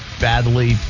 badly